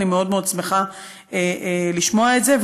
אני מאוד מאוד שמחה לשמוע את זה,